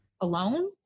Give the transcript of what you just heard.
alone